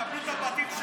תקבלו בית חינם,